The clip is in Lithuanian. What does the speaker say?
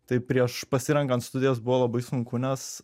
tai prieš pasirenkant studijas buvo labai sunku nes